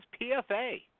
PFA